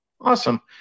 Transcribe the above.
awesome